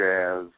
jazz